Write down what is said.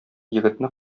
егетне